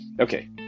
Okay